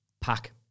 Pack